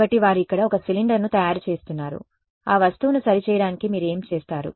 కాబట్టి వారు ఇక్కడ ఒక సిలిండర్ను తయారు చేస్తున్నారు ఆ వస్తువును సరిచేయడానికి మీరు ఏమి చేస్తారు